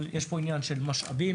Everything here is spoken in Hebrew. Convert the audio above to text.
אבל יש פה עניין של משאבים,